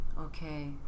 Okay